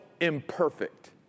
imperfect